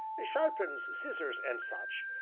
sharpens scissors and such,